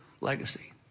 legacy